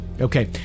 Okay